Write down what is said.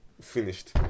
finished